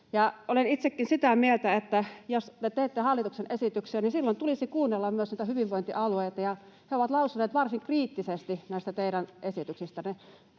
Olen itsekin sitä mieltä, että jos te teette hallituksen esityksiä, niin silloin tulisi kuunnella myös hyvinvointialueita, ja ne ovat lausuneet varsin kriittisesti näistä teidän esityksistänne.